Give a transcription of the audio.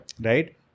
Right